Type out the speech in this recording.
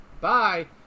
bye